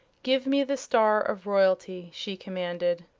give me the star of royalty! she commanded.